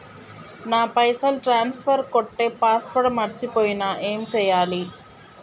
నా పైసల్ ట్రాన్స్ఫర్ కొట్టే పాస్వర్డ్ మర్చిపోయిన ఏం చేయాలి?